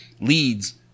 leads